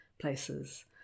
places